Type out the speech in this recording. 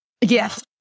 Yes